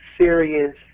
serious